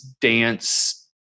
dance